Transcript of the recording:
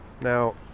Now